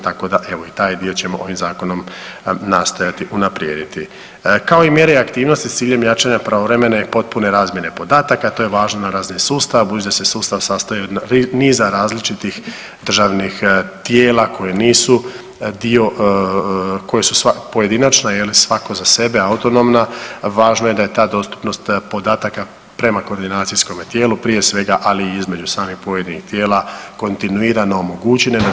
Tako da evo i taj dio ćemo ovim Zakonom nastojati unaprijediti kao i mjere i aktivnosti s ciljem jačanja pravovremene i potpune razmjene podataka to je važno na razini sustava budući da se sustav sastoji od niza različitih državnih tijela koja nisu dio, koja su pojedinačno je li svako za sebe autonomna važno je da ta dostupnost podataka prema koordinacijskome tijelu prije svega ali i između samih pojedinih tijela kontinuirano … [[ne razumije se]] za to.